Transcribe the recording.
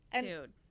Dude